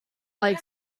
like